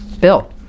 Bill